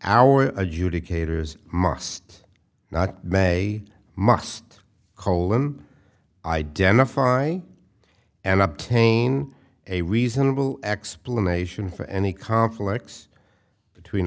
our adjudicators must not may must call him identify and obtain a reasonable explanation for any conflicts between